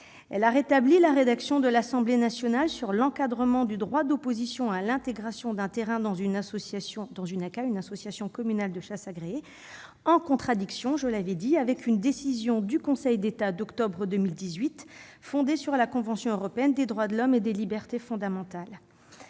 Elle a rétabli la rédaction de l'Assemblée nationale sur l'encadrement du droit d'opposition à l'intégration d'un terrain dans une ACCA, une association communale de chasse agréée, en contradiction, je l'avais dit, avec une décision du Conseil d'État d'octobre 2018, fondée sur la convention européenne des droits de l'homme et des libertés fondamentales.